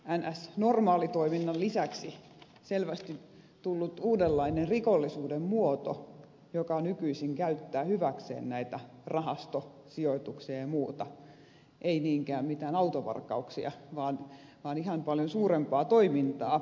normaalitoiminnan lisäksi selvästi tullut uudenlainen rikollisuuden muoto joka nykyisin käyttää hyväkseen näitä rahastosijoituksia ja muuta ei niinkään mitään autovarkauksia vaan ihan paljon suurempaa toimintaa